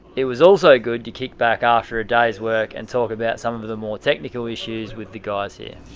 it was also good to kick back after a day's work and talk about some of the more technical issues with the guys here.